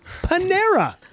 Panera